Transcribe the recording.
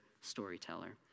storyteller